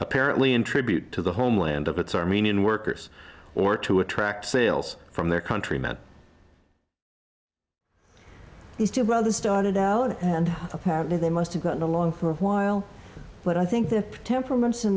apparently in tribute to the homeland of its armenian workers or to attract sales from their countrymen these two brothers started out and apparently they must have gotten along for a while but i think their temperaments